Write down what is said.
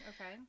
Okay